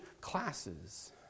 classes